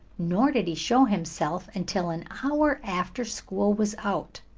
nor did he show himself until an hour after school was out.